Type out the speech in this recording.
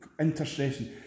intercession